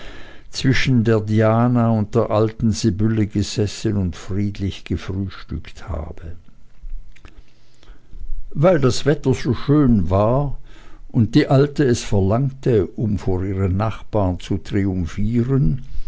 zwischen der diana und der alten sibylle gesessen und friedlich gefrühstückt habe weil das wetter so schön war und die alte es verlangte um vor ihren nachbaren zu triumphieren